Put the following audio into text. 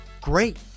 Great